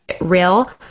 real